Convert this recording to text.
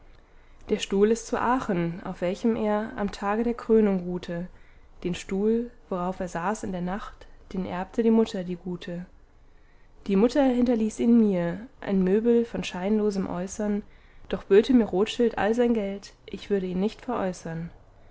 der stuhl ist zu aachen auf welchem er am tage der krönung ruhte den stuhl worauf er saß in der nacht den erbte die mutter die gute die mutter hinterließ ihn mir ein möbel von scheinlosem äußern doch böte mir rothschild all sein geld ich würde ihn nicht veräußern